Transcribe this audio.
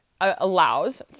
allows